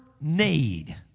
need